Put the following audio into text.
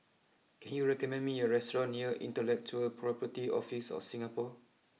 can you recommend me a restaurant near Intellectual Property Office of Singapore